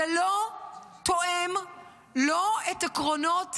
זה לא תואם לא את העקרונות